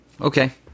Okay